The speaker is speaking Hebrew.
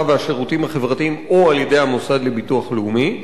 והשירותים החברתיים או על-ידי המוסד לביטוח לאומי,